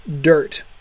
dirt